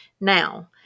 Now